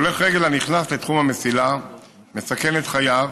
הולך רגל הנכנס לתחום המסילה מסכן את חייו,